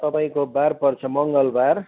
तपाईँको बार पर्छ मङ्गलबार